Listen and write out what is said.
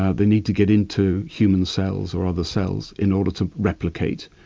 ah they need to get into human cells or other cells in order to replicate.